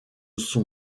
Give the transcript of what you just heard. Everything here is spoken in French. son